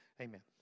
amen